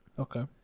okay